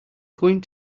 going